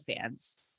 fans